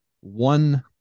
One